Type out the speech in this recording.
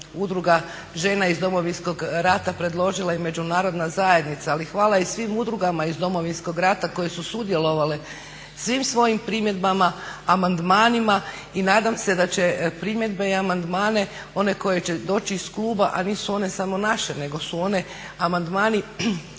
Udruga žena iz Domovinskog rata predložila i Međunarodna zajednica, ali hvala i svim udrugama iz Domovinskog rata koje su sudjelovale svim svojim primjedbama, amandmanima i nadam se da će primjedbe i amandmane one koje će doći iz kluba, a nisu one samo naše nego su one amandmani